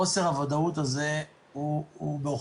חוסר הוודאות הוא בעוכרינו.